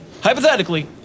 hypothetically